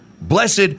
blessed